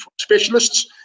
specialists